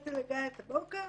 התחלתי לגיא את הבוקר